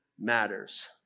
matters